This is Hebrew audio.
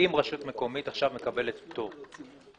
מקומית עכשיו מקבלת פטור,